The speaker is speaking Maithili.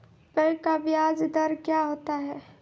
बैंक का ब्याज दर क्या होता हैं?